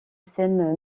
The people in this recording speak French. scène